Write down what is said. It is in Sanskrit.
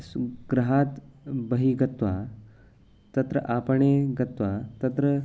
स्वगृहात् बहिः गत्वा तत्र आपणे गत्वा तत्र